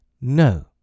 No